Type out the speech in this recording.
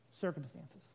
circumstances